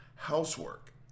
housework